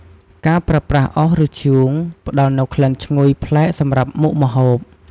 ការប្រើប្រាស់អុស ឬធ្យូង ផ្ដល់នូវក្លិនឈ្ងុយប្លែកសម្រាប់មុខម្ហូប។